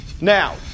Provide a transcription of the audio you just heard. Now